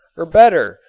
or better,